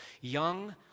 young